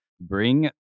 bring